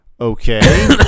Okay